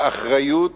האחריות